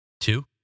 Two